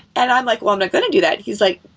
and i'm like, well, i'm not going to do that. he's like,